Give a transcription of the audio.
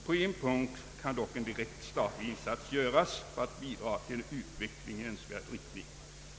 På en punkt kan dock en direkt statlig insats göras för att bidra till en utveckling i önskvärd riktning.